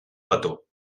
petó